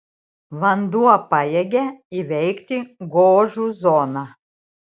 vanduo pajėgia įveikti gožų zoną